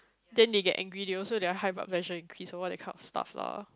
then they get angry they also their high blood pressure and peace or what that kind of stuff lah